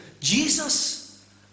Jesus